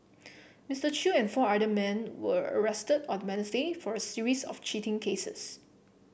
Mister Chew and four other men were arrested on the Wednesday for a series of cheating cases